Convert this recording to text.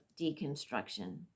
deconstruction